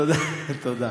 תודה.